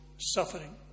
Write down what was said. suffering